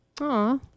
Aw